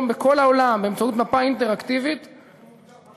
בכל העולם באמצעות מפה אינטראקטיבית כדי,